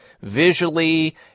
visually